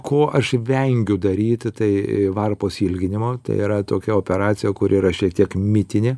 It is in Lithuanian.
ko aš vengiu daryti tai varpos ilginimo tai yra tokia operacija kuri yra šiek tiek mitinė